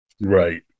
Right